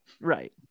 Right